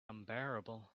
unbearable